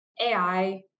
AI